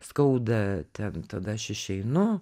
skauda ten tada aš išeinu